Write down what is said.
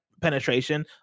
penetration